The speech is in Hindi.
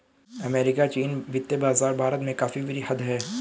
अमेरिका चीन के वित्तीय बाज़ार भारत से काफी वृहद हैं